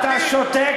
אתה שותק